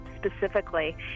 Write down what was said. specifically